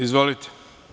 Izvolite.